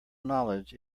knowledge